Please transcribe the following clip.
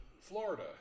Florida